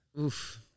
Oof